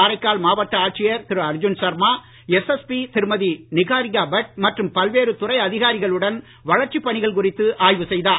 காரைக்கால் மாவட்ட ஆட்சியர் திரு அர்ஜுன் சர்மா எஸ்எஸ்பி திருமதி நிகாரிகா பட் மற்றும் பல்வேறு துறை அதிகாரிகளுடன் வளர்ச்சிப் பணிகள் குறித்து ஆய்வு செய்தார்